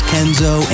Kenzo